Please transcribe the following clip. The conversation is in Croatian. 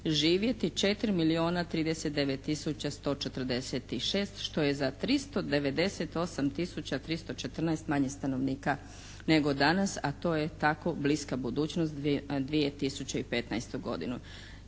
živjeti 4 milijuna 39 tisuća 146 što je za 398 tisuća 314 manje stanovnika nego danas, a to je tako bliska budućnost 2015. godinu.